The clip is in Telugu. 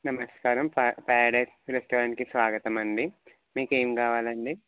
నమస్కారం పా ప్యారడైజ్ రెస్టారెంట్కి స్వాగతం అండి మీకు ఏమి కావాలి అండి